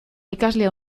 ikasle